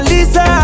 Lisa